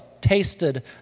tasted